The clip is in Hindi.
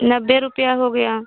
नब्बे रुपया हो गया